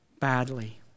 badly